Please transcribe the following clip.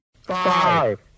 five